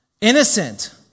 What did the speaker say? innocent